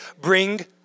Bring